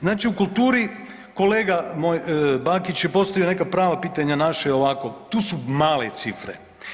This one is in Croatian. Znači u kulturi kolega moj Bakić je postavio neka prava pitanja naše ovako, tu su male cifre.